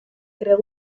creó